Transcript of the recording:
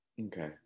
Okay